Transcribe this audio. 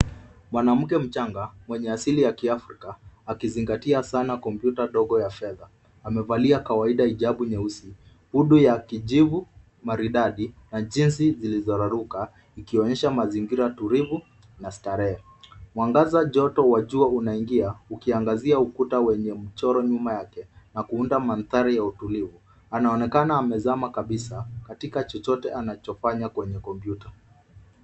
Mwanamke mchanga, mwenye asili ya kiafrika akizingatia sana kompyuta ndogo ya fedha. Amevalia kawaida hijabu nyeusi, hudu ya kijivu maridadi na jezi zilizoraruka ikionyesha mazingira tulivu na starehe. Mwangaza joto wa jua unaingia ukiangazia ukuta wenye mchoro nyuma yake na kuunda mandhari ya utulivu. Anaonekana amezamaa kabisa katika chochote anachofanya kwenye kompyuta.